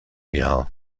jahr